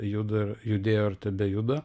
juda ir judėjo ir tebejuda